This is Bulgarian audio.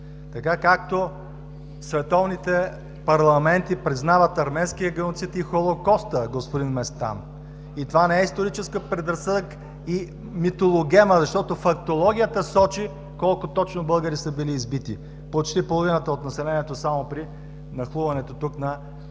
така както световните парламенти признават арменския геноцид и Холокоста, господин Местан. Това не е исторически предразсъдък и митологема, защото фактологията сочи точно колко българи са били избити – почти половината от населението само при нахлуването на